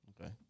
Okay